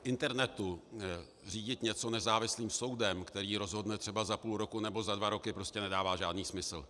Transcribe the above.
V internetu řídit něco nezávislým soudem, který rozhodne za půl roku nebo za dva roky, prostě nedává žádný smysl.